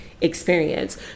experience